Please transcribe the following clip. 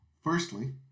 Firstly